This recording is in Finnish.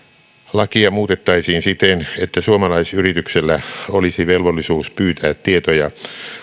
lakia muutettaisiin siten että suomalaisyrityksellä olisi velvollisuus pyytää tietoja